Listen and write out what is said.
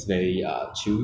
I like the